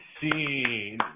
scene